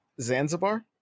Zanzibar